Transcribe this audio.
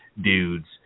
dudes